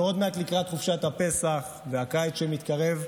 אנחנו עוד מעט לקראת חופשת הפסח והקיץ שמתקרב,